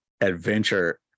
adventure